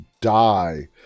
die